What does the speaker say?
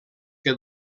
que